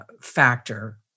factor